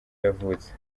yavutse